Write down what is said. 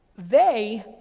they,